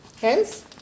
Hence